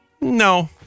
No